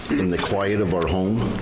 in the quiet of our home.